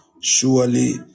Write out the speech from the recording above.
surely